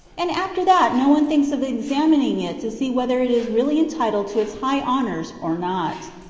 and after that no one thinks of examining it to see whether it is really entitled to its high honors or not.